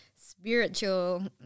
spiritual